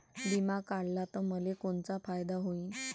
बिमा काढला त मले कोनचा फायदा होईन?